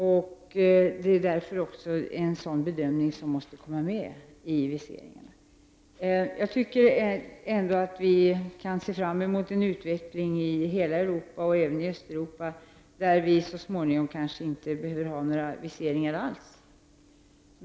Därför är detta ett skäl som måste tas med i bedömningen av om visering skall beviljas Vi kan väl ändå se fram mot en utveckling i hela Europa, alltså även i Östeuropa, där vi så småningom kanske inte behöver några viseringar alls.